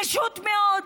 פשוט מאוד.